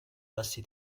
bassi